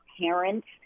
parents